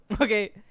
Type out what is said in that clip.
okay